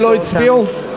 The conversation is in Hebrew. שלא הצביעו?